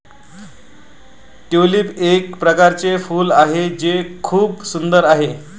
tulip एक प्रकारचे फूल आहे जे खूप सुंदर आहे